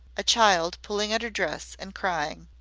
a child pulling at her dress and crying,